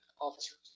officers